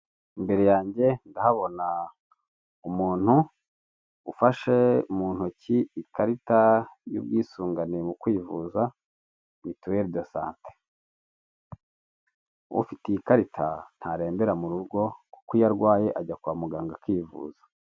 Imbere yanjye ndahabona umuntu ufashe mu ntoki ikarita y'ubwisungane mu kwivuza mutuwele de sante ufite iyi ikarita ntarembera mu rugo kuko iyo arwaye ajyanwa kwa muganga akivuza.